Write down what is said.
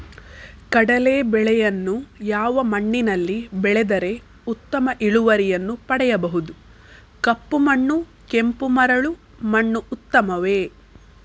ಕಡಲೇ ಬೆಳೆಯನ್ನು ಯಾವ ಮಣ್ಣಿನಲ್ಲಿ ಬೆಳೆದರೆ ಉತ್ತಮ ಇಳುವರಿಯನ್ನು ಪಡೆಯಬಹುದು? ಕಪ್ಪು ಮಣ್ಣು ಕೆಂಪು ಮರಳು ಮಣ್ಣು ಉತ್ತಮವೇ?